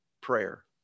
prayer